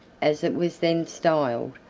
as it was then styled,